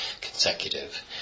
consecutive